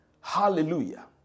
Hallelujah